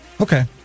Okay